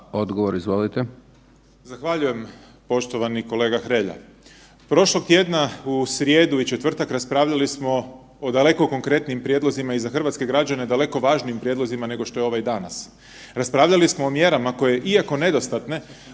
Peđa (SDP)** Zahvaljujem poštovani kolega Hrelja. Prošlog tjedna u srijedu i četvrtak raspravljali smo o daleko konkretnijim prijedlozima i za hrvatske građane daleko važnijim prijedlozima nego što je ovaj danas, raspravljali smo o mjerama koje iako nedostatke